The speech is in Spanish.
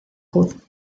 hood